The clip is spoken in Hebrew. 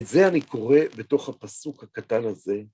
את זה אני קורא בתוך הפסוק הקטן הזה.